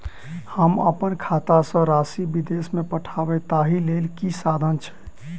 हम अप्पन खाता सँ राशि विदेश मे पठवै ताहि लेल की साधन छैक?